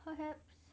perhaps